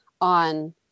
on